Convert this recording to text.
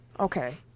Okay